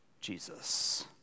Jesus